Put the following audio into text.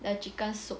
the chicken soup